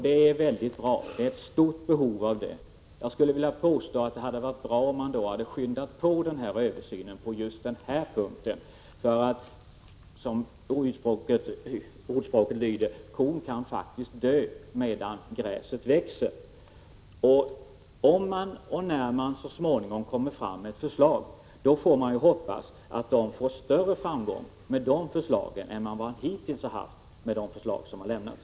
Det är bra — det föreligger ett stort behov av en sådan. Men det vore önskvärt att man kunde påskynda utredningen just på den här punkten. Ordspråket lyder ju: Medan gräset växer dör kon. När fängelsestraffkommittén så småningom kommer fram med ett förslag, hoppas jag att den får större framgång än med de förslag som hittills har lämnats.